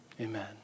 Amen